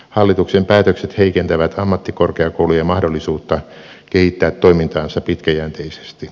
hallituksen päätökset heikentävät ammattikorkeakoulujen mahdollisuutta kehittää toimintaansa pitkäjänteisesti